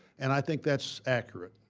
and i think that's accurate.